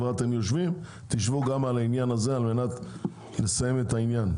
כבר אתם יושבים אז תשבו גם על העניין הזה על מנת לסיים את העניין,